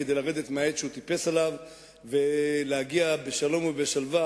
כדי לרדת מהעץ שהוא טיפס עליו ולהגיע בשלום ובשלווה,